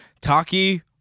Taki